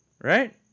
right